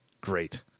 great